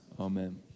Amen